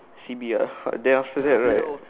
C B ah then after that right